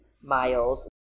miles